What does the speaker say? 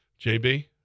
JB